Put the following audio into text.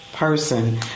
Person